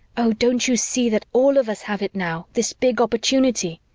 oh, don't you see that all of us have it now, this big opportunity?